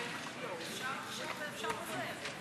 תודה, אדוני היושב-ראש.